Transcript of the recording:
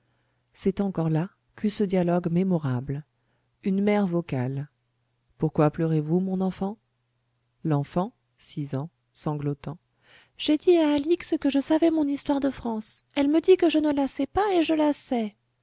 c'est encore là qu'eut lieu ce dialogue mémorable une mère vocale pourquoi pleurez-vous mon enfant l'enfant six ans sanglotant j'ai dit à alix que je savais mon histoire de france elle me dit que je ne la sais pas et je la sais